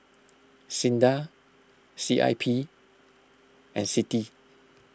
Sinda C I P and Citi